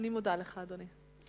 אני מודה לך, אדוני.